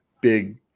big